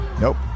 Nope